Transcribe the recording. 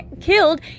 killed